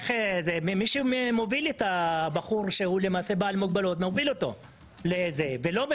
מי שמוביל את הבחור בעל המוגבלות זה מי שמוביל אותו,